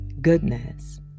goodness